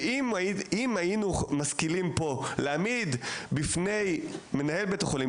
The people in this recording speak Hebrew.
אם היינו משכילים פה להעמיד בפני מנהל בית החולים,